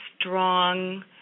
strong